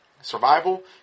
survival